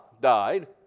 died